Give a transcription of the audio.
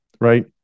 right